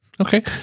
Okay